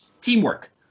Teamwork